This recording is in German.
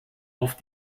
auf